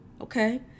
okay